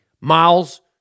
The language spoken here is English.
Miles